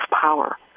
power